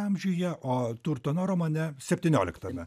amžiuje o turtono romane septynioliktame